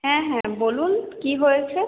হ্যাঁ হ্যাঁ বলুন কি হয়েছে